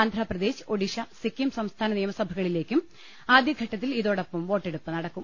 ആന്ധ്ര പ്രദേശ് ഒഡീഷ സിക്കിം സംസ്ഥാന നിയമസഭകളിലേക്കും ആദ്യ ഘട്ടത്തിൽ ഇതോടൊപ്പം വോട്ടെടുപ്പ് നടക്കും